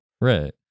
Right